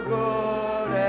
good